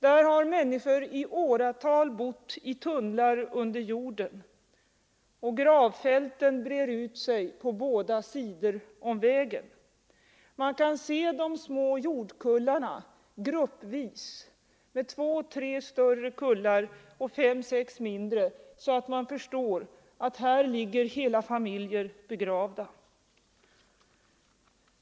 Där har människor i åratal bott i tunnlar under jorden, och gravfälten breder ut sig på båda sidor om vägen. Man kan se de små jordkullarna, samlade gruppvis med två tre större kullar och fem sex mindre så att man förstår att här ligger hela familjer begravda.